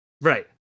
Right